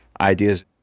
ideas